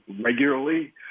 regularly